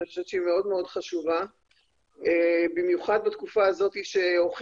אני חושבת שהיא מאוד חשובה במיוחד בתקופה הזאת שהוכיחה